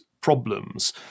problems